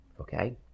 Okay